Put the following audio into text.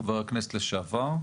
חבר הכנסת לשעבר,